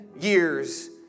years